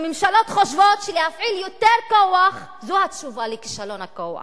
הממשלות חושבות שלהפעיל יותר כוח זו התשובה לכישלון הכוח.